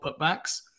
putbacks